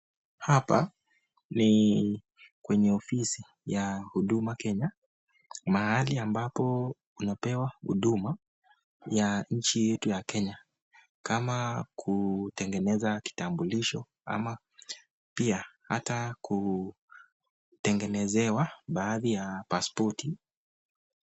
Hapa ni kwenye ofisi ya huduma Kenya, mahali ambapo unapewa huduma ya nchi yetu ya Kenya kama kutengeneza kitambulisho, pia hata kutengenezewa baadhi ya pasipoti.